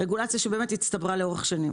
זאת רגולציה שבאמת הצטברה לאורך שנים.